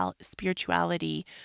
spirituality